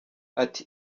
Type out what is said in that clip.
ati